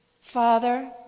Father